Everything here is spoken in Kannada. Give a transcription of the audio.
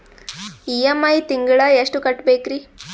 ಇ.ಎಂ.ಐ ತಿಂಗಳ ಎಷ್ಟು ಕಟ್ಬಕ್ರೀ?